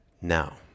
Now